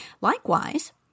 Likewise